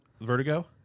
vertigo